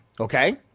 Okay